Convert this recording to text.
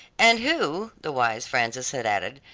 and who, the wise frances had added,